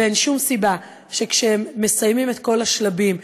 ואין שום סיבה שכשהם מסיימים את כל השלבים,